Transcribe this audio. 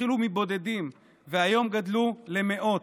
שהתחילו מבודדים והיום גדלו למאות.